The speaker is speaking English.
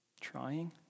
trying